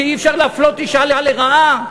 שאי-אפשר להפלות אישה לרעה,